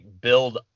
build